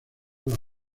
las